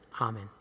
Amen